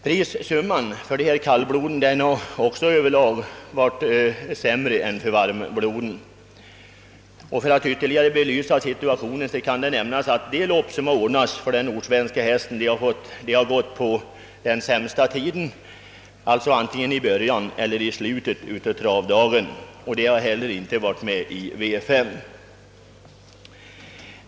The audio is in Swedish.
Prissumman för kallbloden har också över lag varit sämre än för varmbloden, För att ytterligare belysa situationen kan framhållas att de lopp som har ordnats för den nordsvenska hästen har gått på den sämsta tiden, alltså antingen i början eller i slutet av travdagen. De har inte heller varit med i V5.